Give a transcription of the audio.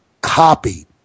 copy